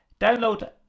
download